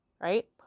Right